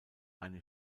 eine